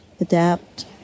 adapt